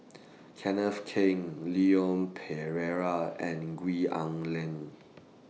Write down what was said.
Kenneth Keng Leon Perera and Gwee Leng